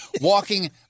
walking